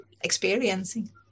experiencing